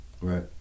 right